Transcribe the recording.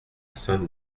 saint